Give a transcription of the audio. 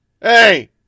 hey